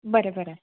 बरे बरे